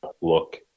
look